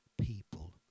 people